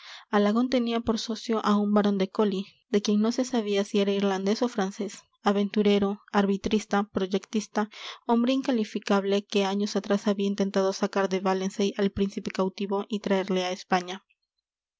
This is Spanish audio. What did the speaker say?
alagón tenía por socio a un barón de colly de quien no se sabía si era irlandés o francés aventurero arbitrista proyectista hombre incalificable que años atrás había intentado sacar de valencey al príncipe cautivo y traerle a españa